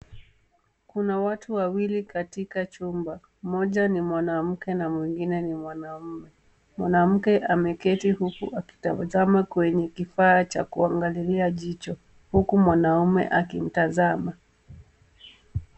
Kuna watu wawili katika chumba. Moja ni mwanamke na mwingine ni mwanamume, mwanamke ameketi huku akitazama kwenye kifaa cha kuangalilia jicho huku mwanamume akimtazama.